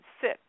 sit